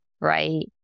right